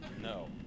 No